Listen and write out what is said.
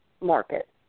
market